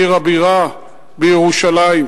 בעיר הבירה, בירושלים?